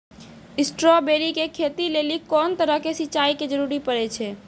Strawberry के खेती लेली कोंन तरह के सिंचाई के जरूरी पड़े छै?